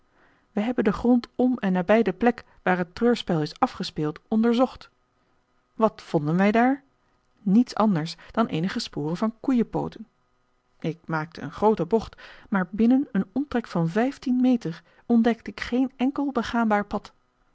wij hebben den grond om en nabij de plek waar het treurspel is afgespeeld onderzocht wat vonden wij daar niets anders dan eenige sporen van koeienpooten ik maakte een groote bocht maar binnen een omtrek van vijftien meter ontdekte ik geen enkel begaanbaar pad